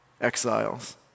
exiles